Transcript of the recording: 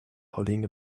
holding